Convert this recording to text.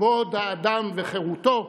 כבוד האדם וחירותו,